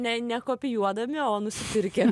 ne nekopijuodami o nusipirkę